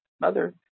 mother